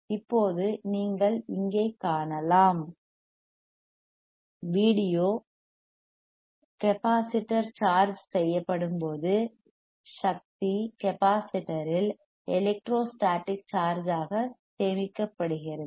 இப்போது நீங்கள் இங்கே காணலாம் வீடியோ கெப்பாசிட்டர் சார்ஜ் செய்யப்படும்போது சக்தி கெப்பாசிட்டர் இல் எலெக்ட்ரோஸ்டாடிக் சார்ஜ் ஆக சேமிக்கப்படுகிறது